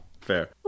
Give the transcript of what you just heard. Fair